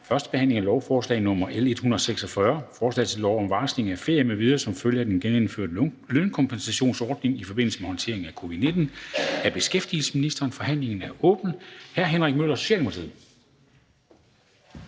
17) 1. behandling af lovforslag nr. L 146: Forslag til lov om varsling af ferie m.v. som følge af den genindførte lønkompensationsordning i forbindelse med håndteringen af covid-19. Af beskæftigelsesministeren (Peter Hummelgaard). (Fremsættelse